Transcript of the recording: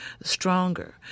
stronger